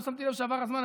לא שמתי לב שעבר הזמן,